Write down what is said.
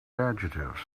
adjectives